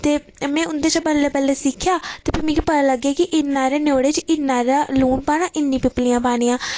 ते में उं'दे कशा बल्लें बल्लें सिक्खेआ ते प्ही मिगी पता लग्गेआ की इ'न्ना हारे न्योड़े च इ'न्ना हारा लून पाना इ'न्नी पीपलियां पानियां